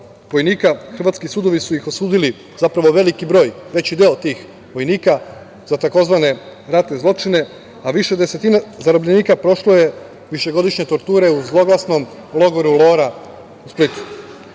hrvatski sudovi su ih osudili, zapravo veći broj tih vojnika, za tzv. ratne zločine a više desetina zarobljenika prošlo je višegodišnje torture u zloglasnom logoru Lora u Splitu. Ovaj